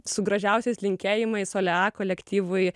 su gražiausiais linkėjimais olea kolektyvui